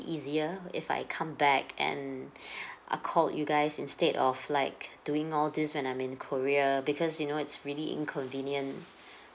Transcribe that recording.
easier if I come back and I called you guys instead of like doing all these when I'm in korea because you know it's really inconvenient